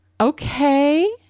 Okay